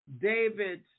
David